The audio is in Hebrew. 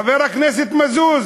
חבר הכנסת מזוז